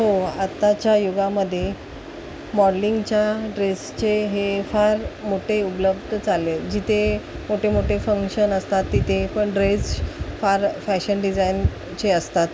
हो आत्ताच्या युगामध्ये मॉडलिंगच्या ड्रेसचे हे फार मोठे उपलब्ध चालले आहेत जिथे मोठे मोठे फंक्शन असतात तिथे पण ड्रेस फार फॅशन डिझायनचे असतात